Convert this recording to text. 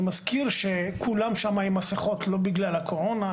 אני מזכיר שכולם שם עם מסכות לא בגלל הקורונה.